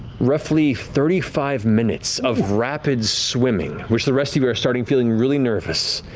roughly thirty five minutes of rapid swimming, which the rest of you are starting feeling really nervous.